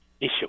issue